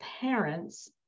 parents